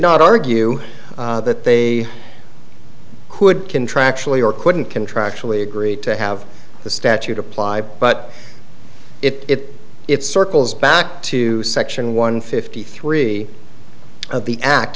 not argue that they could contractually or couldn't contractually agree to have the statute apply but it it circles back to section one fifty three of the act